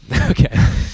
Okay